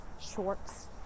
shorts